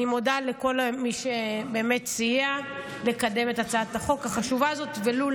אני מודה לכל מי שסייע לקדם את הצעת החוק החשובה הזאת ולו